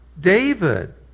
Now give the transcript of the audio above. David